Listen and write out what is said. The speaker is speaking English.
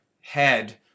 head